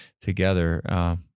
together